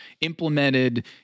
implemented